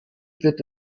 wird